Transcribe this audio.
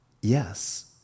yes